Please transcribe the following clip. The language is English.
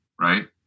right